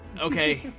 okay